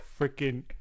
freaking